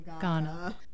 Ghana